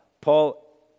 Paul